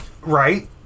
right